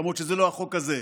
למרות שזה לא החוק הזה.